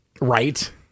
Right